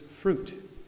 fruit